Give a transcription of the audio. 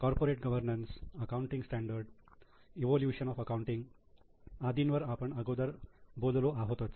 corporate governance accounting standard evolution of accounting आदींवर आपण अगोदर बोललो आहोतच